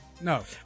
No